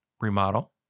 remodel